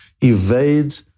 evade